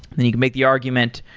then you can make the argument.